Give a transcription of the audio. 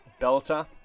belter